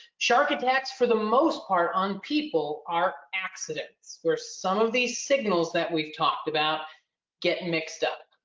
shark attacks for the most part on people are accidents where some of these signals that we've talked about get mixed up.